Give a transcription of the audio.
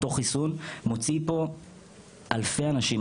אותו חיסון מוציא פה אלפי אנשים,